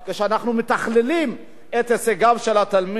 כשאנחנו משכללים את הישגיו של הסטודנט,